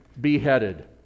beheaded